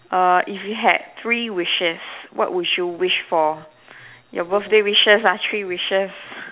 err if you had three wishes what would you wish for your birthday wishes ah three wishes